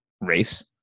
race